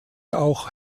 auch